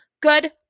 Good